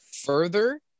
further